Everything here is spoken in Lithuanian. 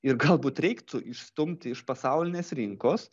ir galbūt reiktų išstumti iš pasaulinės rinkos